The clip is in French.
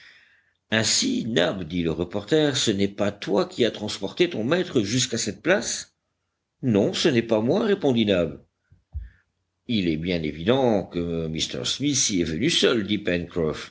ainsi nab dit le reporter ce n'est pas toi qui as transporté ton maître jusqu'à cette place non ce n'est pas moi répondit nab il est bien évident que m smith y est venu seul